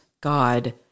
God